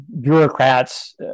bureaucrats